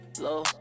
low